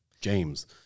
James